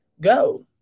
go